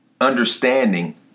understanding